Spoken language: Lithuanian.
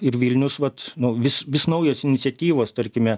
ir vilnius vat nu vis vis naujos iniciatyvos tarkime